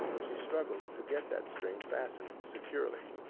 she struggled to get that string fastened securely.